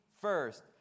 first